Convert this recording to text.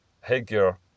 headgear